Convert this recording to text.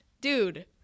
Dude